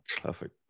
Perfect